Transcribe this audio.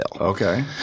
Okay